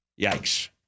Yikes